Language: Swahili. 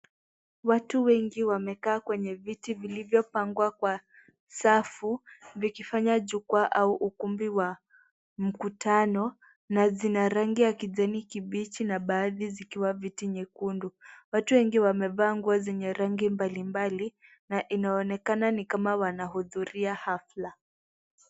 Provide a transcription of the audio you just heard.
Watu wengi wamekaa kwenye viti vilivyopangwa kwa safu vikifanya jukwaa au ukumbi wa mkutano na zina rangi ya kijani kibichi na baadhi vikiwa viti nyekundu. Watu wengi wamevaa nguo zenye rangi mbalimbali na inaonekana ni kama wanahudhuria hafla.